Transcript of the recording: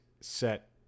set